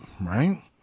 right